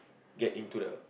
get into the